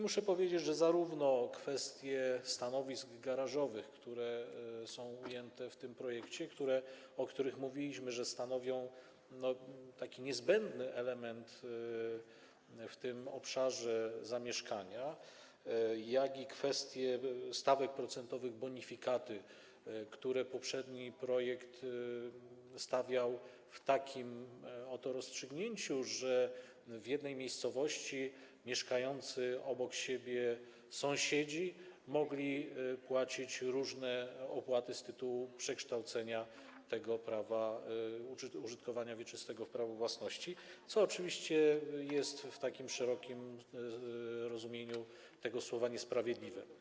Muszę powiedzieć, że zarówno kwestie stanowisk garażowych, które są ujęte w tym projekcie, o których mówiliśmy, że stanowią niezbędny element w obszarze zamieszkania, jak i kwestie stawek procentowych, bonifikaty, które poprzedni projekt rozstrzygał w taki oto sposób, że w jednej miejscowości mieszkający obok siebie sąsiedzi mogli ponosić różne opłaty z tytułu przekształcenia prawa użytkowania wieczystego w prawo własności, co oczywiście jest w szerokim rozumieniu tego słowa niesprawiedliwe.